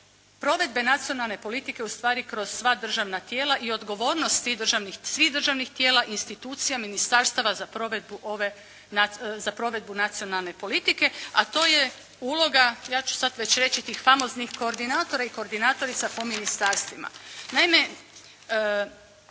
provedbe Nacionalne politike ustvari kroz sva državna tijela i odgovornosti svih državnih tijela, institucija, ministarstava za provedbu Nacionalne politike, a to je uloga, ja ću sad već reći tih famoznih koordinatora i koordinatorica po ministarstvima.